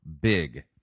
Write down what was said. big